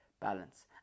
balance